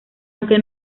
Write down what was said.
aunque